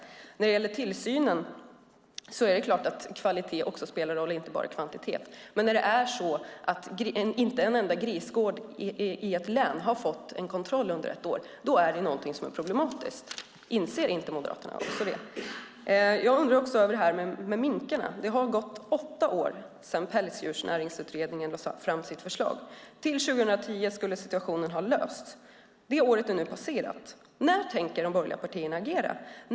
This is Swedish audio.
När det gäller tillsynen är det klart att kvalitet också spelar roll, inte bara kvantitet. Men när inte en enda grisgård i ett län har utsatts för kontroll under ett år är det något som är problematiskt. Inser inte också Moderaterna det? Jag undrar också över detta med minkarna. Det har nu gått åtta år sedan Pälsdjursnäringsutredningen lade fram sitt förslag. Till 2010 skulle situationen ha lösts. Det året är nu passerat. När tänker de borgerliga partierna agera?